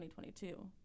2022